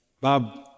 Bob